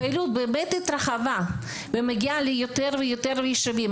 הפעילות אכן התרחבה ומגיעה ליותר ויותר יישובים,